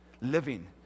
living